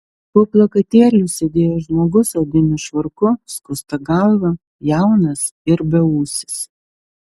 po plakatėliu sėdėjo žmogus odiniu švarku skusta galva jaunas ir beūsis